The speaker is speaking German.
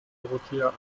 dorothea